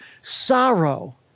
sorrow